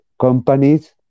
companies